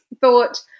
thought